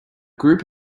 group